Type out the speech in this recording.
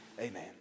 Amen